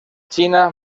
china